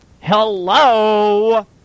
Hello